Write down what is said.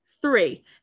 Three